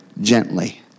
gently